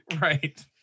Right